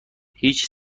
هیچ